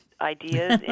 ideas